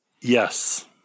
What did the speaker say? Yes